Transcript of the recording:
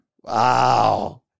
Wow